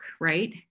right